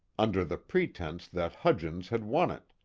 under the pretense that hudgens had won it.